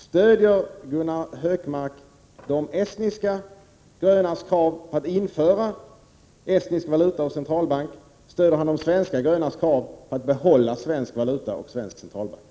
Stöder Gunnar Hökmark de estniska grönas krav på att få införa estnisk valuta och estnisk centralbank, eller stöder Gunnar Hökmark de svenska grönas krav på att få behålla svensk valuta och svensk centralbank?